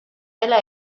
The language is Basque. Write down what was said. dela